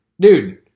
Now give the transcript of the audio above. Dude